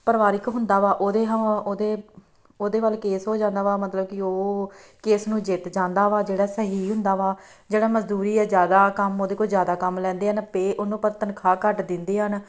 ਪਰਿਵਾਰਿਕ ਹੁੰਦਾ ਵਾ ਉਹਦੇ ਹੋ ਉਹਦੇ ਉਹਦੇ ਵੱਲ ਕੇਸ ਹੋ ਜਾਂਦਾ ਵਾ ਮਤਲਬ ਕਿ ਉਹ ਕੇਸ ਨੂੰ ਜਿੱਤ ਜਾਂਦਾ ਵਾ ਜਿਹੜਾ ਸਹੀ ਹੁੰਦਾ ਵਾ ਜਿਹੜਾ ਮਜ਼ਦੂਰੀ ਆ ਜ਼ਿਆਦਾ ਕੰਮ ਉਹਦੇ ਕੋਲ ਜ਼ਿਆਦਾ ਕੰਮ ਲੈਂਦੇ ਹਨ ਪੇਅ ਉਹਨੂੰ ਪਰ ਤਨਖਾਹ ਘੱਟ ਦਿੰਦੇ ਹਨ